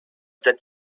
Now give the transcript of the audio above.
that